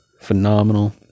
Phenomenal